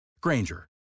Granger